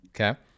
Okay